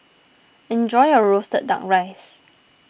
enjoy your Roasted Duck Rice